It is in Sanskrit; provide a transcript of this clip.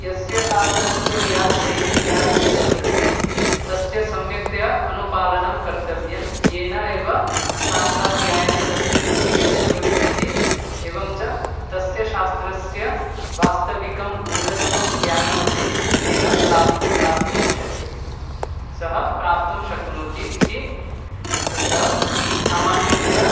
यस्य शास्त्रस्य या शैली या रीतिः वर्तते तस्य सम्यक्तया अनुपालनं कर्तव्यं येन एव शास्त्राध्ययने तस्य रुचिः अपि भविष्यति एवं च तस्य शास्त्रस्य वास्तविकं गूढतमं ज्ञानमपि तेन प्राप्ति प्राप्तुं शक्यते सः प्राप्तुं शक्नोति इति तत्र सामान्यतया